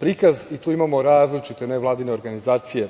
prikaz. Tu imamo različite nevladine organizacije,